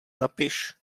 napiš